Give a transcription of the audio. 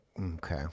okay